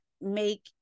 make